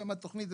שם תוכנית,